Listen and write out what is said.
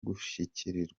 gushyigikirwa